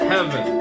Heaven